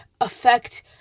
Affect